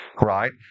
Right